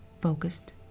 focused